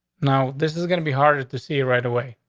now, this is gonna be harder to see right away,